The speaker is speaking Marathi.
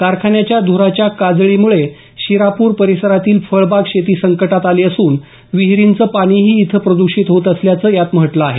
कारखान्याच्या ध्राच्या काजळीमुळे शिरापूर परिसरातील फळबाग शेती संकटात आली असून विहिरींचं पाणीही इथं प्रदृषित होत असल्याचं यात म्हटलं आहे